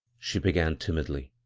she began timidly,